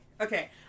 Okay